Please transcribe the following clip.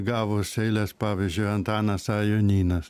gavus eiles pavyzdžiui antanas jonynas